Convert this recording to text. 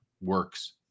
works